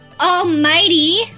Almighty